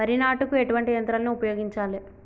వరి నాటుకు ఎటువంటి యంత్రాలను ఉపయోగించాలే?